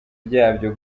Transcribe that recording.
ryabyo